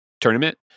tournament